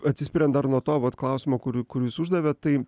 atsispiriant dar nuo to vat klausimo kur kur jūs uždavėt tai